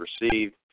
received